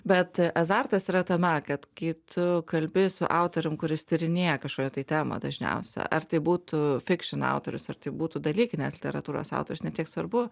bet azartas yra tame kad kai tu kalbi su autorium kuris tyrinėja kažkokią tai temą dažniausia ar tai būtų fikšion autorius ar tai būtų dalykinės literatūros autorius ne tiek svarbu